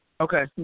Okay